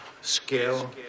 skill